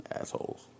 Assholes